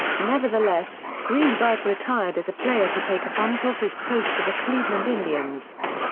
nevertheless, greenberg retired as a player to take a front-office post with the cleveland indians.